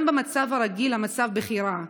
גם במצב הרגיל המצב שם בכי רע.